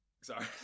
Sorry